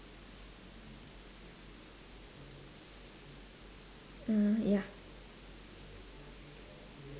mm ya